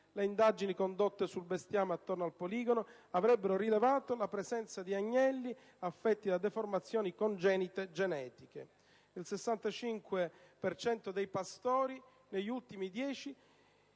Le indagini condotte sul bestiame attorno al poligono avrebbero rilevato la presenza di agnelli affetti da deformazioni congenite genetiche. Il 65 per cento dei pastori, negli ultimi